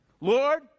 Lord